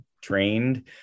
trained